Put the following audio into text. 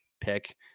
pick